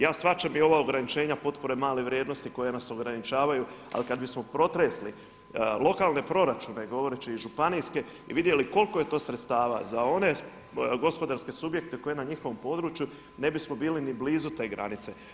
Ja shvaćam da i ova ograničenja potpore male vrijednosti koja nas ograničavaju ali kad bismo protresi lokalne proračune govoreće i županijske i vidjeli koliko je to sredstava za one gospodarske subjekte koji na njihovom području ne bismo bili ni blizu te granice.